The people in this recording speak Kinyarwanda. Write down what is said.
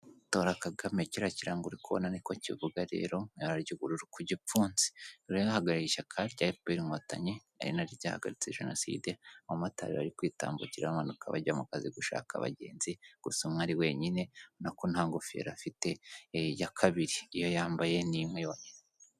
Tora Kagame kiriya kirarango ubona kubonana niko kivuga, rero mwarya ubururu ku gipfunsi ruhagariye ishyaka ryafpr inkotanyi ari naryo ryahagaritse jenoside abamotari bari kwitambukiramanuka bajya mu kazi gushaka abagenzi gu gusamwa ari wenyine na nta ngofero afite i ya kabiri iyo yambaye n'inka yonyine.